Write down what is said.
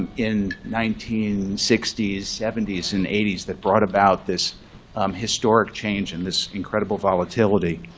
in nineteen sixty s, seventy s, and eighty s that brought about this historic change and this incredible volatility?